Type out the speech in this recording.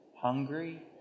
Hungry